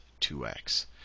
2x